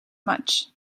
much